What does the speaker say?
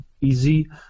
easy